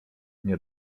nie